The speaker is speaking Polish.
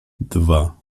dwa